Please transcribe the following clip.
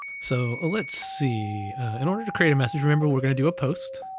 so let's see in order to create a message, remember we're gonna do a post,